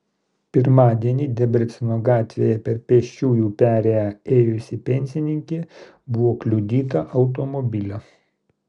pirmadienį debreceno gatvėje per pėsčiųjų perėję ėjusi pensininkė buvo kliudyta automobilio